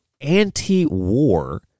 anti-war